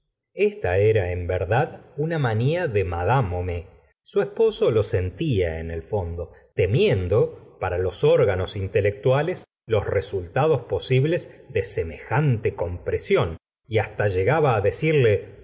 esta era en verdad una manía de mad flomais su esposo lo sentía en el fondo temiendo para los órganos intelectuales los resultados posibles de semejante compresión y hasta llegaba decirle